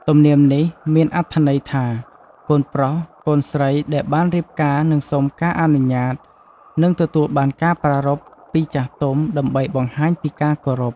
ទំនៀមនេះមានអត្ថន័យថា កូនប្រុសកូនស្រីដែលបានរៀបការនឹងសូមការអនុញ្ញាត និងទទួលបានការប្រារព្ធពីចាស់ទុំ ដើម្បីបង្ហាញពីការគោរព។